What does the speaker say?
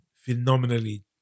phenomenally